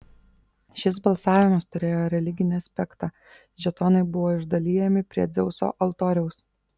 šis balsavimas turėjo religinį aspektą žetonai buvo išdalijami prie dzeuso altoriaus